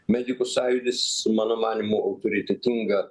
medikų sąjūdis mano manymu autoritetinga